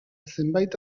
zenbait